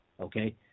Okay